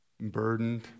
burdened